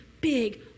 big